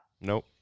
Nope